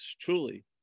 truly